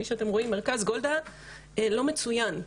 מרכז גולדה לא מצוין,